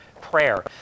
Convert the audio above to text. prayer